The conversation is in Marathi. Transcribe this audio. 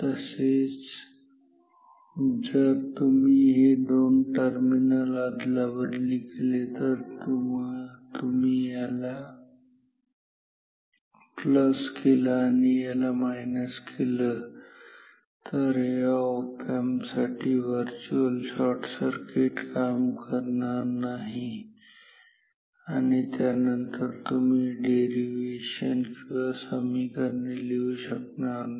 तसेच जर तुम्ही हे दोन टर्मिनल्स अदलाबदली केले जर तुम्ही ह्याला प्लस केलं आणि ह्याला मायनस केले तर या ऑप एम्प साठी व्हर्चुअल शॉर्टसर्किट काम करणार नाही आणि त्यानंतर तुम्ही डेरीवेशन किंवा ही समीकरणे लिहू शकत नाही